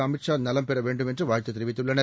அமித் ஷா நலம் பெற வேண்டும் என்று வாழ்த்து தெரிவித்துள்ளனர்